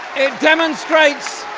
it demonstrates